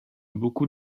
beaucoup